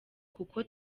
kuko